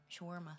shawarma